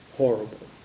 horrible